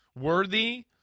worthy